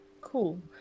cool